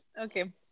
Okay